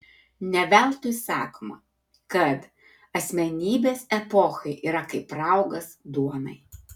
ne veltui sakoma kad asmenybės epochai yra kaip raugas duonai